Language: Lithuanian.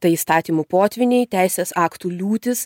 tai įstatymų potvyniai teisės aktų liūtys